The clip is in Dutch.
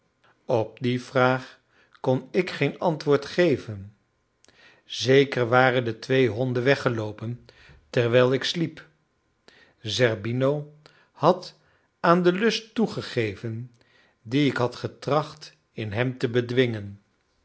op die vraag kon ik geen antwoord geven zeker waren de twee honden weggeloopen terwijl ik sliep zerbino had aan den lust toegegeven dien ik had getracht in hem te bedwingen